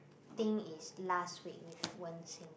think is last week with Wen-Xin